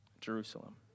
Jerusalem